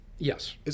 Yes